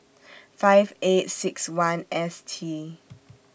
five eight six one S T